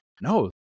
No